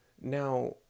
Now